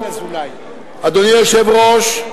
אדוני היושב-ראש,